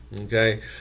okay